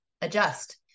adjust